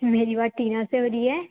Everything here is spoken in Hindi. मेरी बात टीना से हो रही है